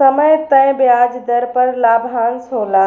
समय तय ब्याज दर पर लाभांश होला